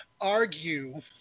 argue